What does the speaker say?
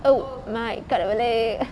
oh my கடவுளே:kadavule